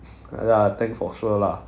ya lah tank for sure lah